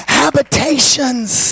habitations